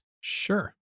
Sure